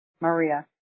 Maria